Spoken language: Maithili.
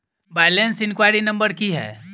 बैलेंस इंक्वायरी नंबर की है?